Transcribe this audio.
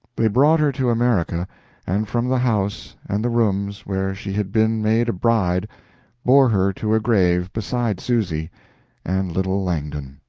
they brought her to america and from the house, and the rooms, where she had been made a bride bore her to a grave beside susy and little langdon.